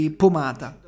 pomata